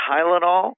Tylenol